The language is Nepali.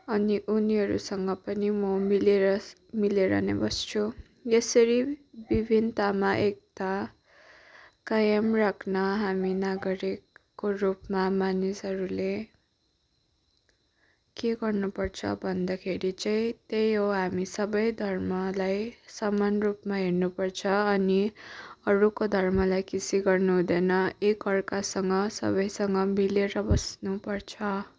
अनि उनीहरूसँग पनि म मिलेर मिलेर नै बस्छु यसरी नै विभिन्नताको एकता कायम राख्न हामी नागरिकको रूपमा मानिसहरूले के गर्नुपर्छ भन्दाखेरि चाहिँ त्यही हो हामी सबै धर्मलाई समान रूपमा हेर्नुपर्छ अनि अरूको धर्मलाई खिसी गर्नुहुँदैन एकाअर्कासँग सबैसँग मिलेर बस्नुपर्छ